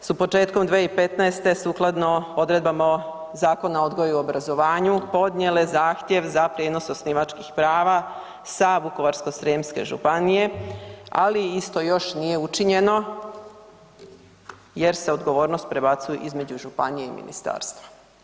su početkom 2015. sukladno odredbama Zakona odgoja i o obrazovanju podnijele zahtjev za prijenos osnivačkih prava sa Vukovarsko-srijemske županije, ali isto još nije učinjeno jer se odgovornost prebacuje između županije i ministarstva.